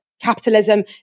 capitalism